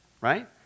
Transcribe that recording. right